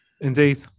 Indeed